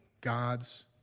God's